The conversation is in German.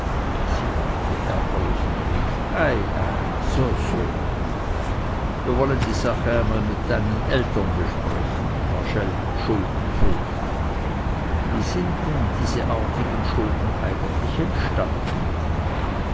sie lachte ärgerlich und rief ei ei so so wir wollen die sache einmal mit deinen eltern besprechen herr schuldenvogt wie sind denn diese artigen schulden eigentlich entstanden